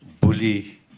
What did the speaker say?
bully